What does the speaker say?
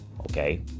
okay